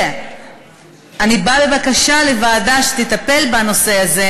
ואני באה בבקשה לוועדה שתטפל בנושא הזה,